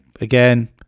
Again